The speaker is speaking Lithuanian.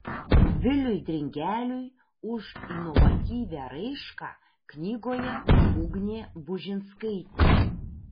viliui dringeliui už inovatyvią raišką knygoje ugnė bužinskaitė